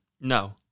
No